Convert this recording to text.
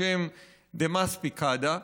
בשם דמאס פיקדה,